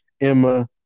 Emma